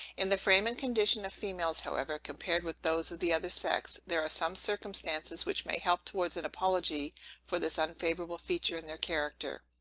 in the frame and condition of females, however, compared with those of the other sex, there are some circumstances which may help towards an apology for this unfavorable feature in their character.